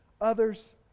other's